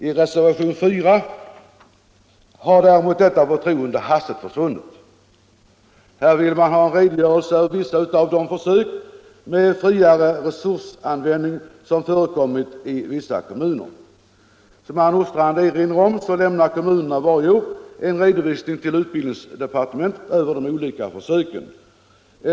I reservationen 4 har däremot detta förtroende hastigt försvunnit. Här vill man ha en redogörelse för vissa av de försök med friare resursanvändning som förekommit i vissa kommuner. Som herr Nordstrandh erinrade om lämnar kommunerna varje år en redovisning till utbildningsdepartementet över de olika försöken.